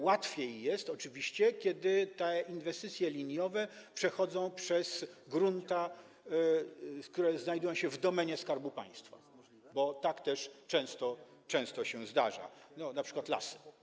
Łatwiej jest oczywiście, kiedy te inwestycje liniowe przechodzą przez grunty, które znajdują się w domenie Skarbu Państwa, bo tak też często się zdarza, np. lasy.